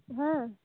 ᱦᱮᱸᱻ